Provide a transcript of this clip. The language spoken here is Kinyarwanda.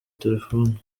telefone